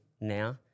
now